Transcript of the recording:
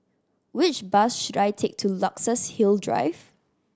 which bus should I take to Luxus Hill Drive